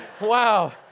Wow